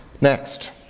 Next